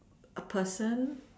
A person